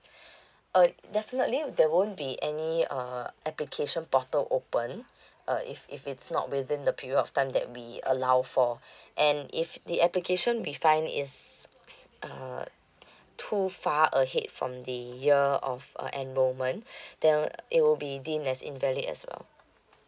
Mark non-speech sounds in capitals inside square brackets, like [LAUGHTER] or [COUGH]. [BREATH] uh definitely there won't be any uh application portal open uh if if it's not within the period of time that we allow for [BREATH] and if the application be fine is uh too far up ahead from the year of uh enrolment [BREATH] then it will be deemed as invalid as well